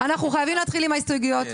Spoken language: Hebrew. אנחנו חייבים להתחיל עם ההסתייגויות.